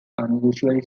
unusually